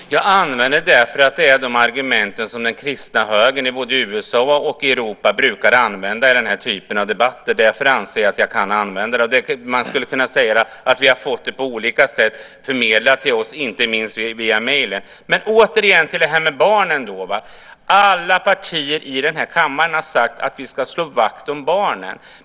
Herr talman! Jag använde det uttrycket därför att ni har samma argument som den kristna högern i både USA och Europa brukar anföra i den här typen av debatter. Därför anser jag att det rätt att använda det. Vi har fått det förmedlat till oss på olika sätt, inte minst via e-post. Återigen till detta med barnen: Alla partier i den här kammaren har sagt att vi ska slå vakt om barnen.